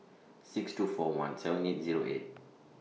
six two four one seven eight Zero eight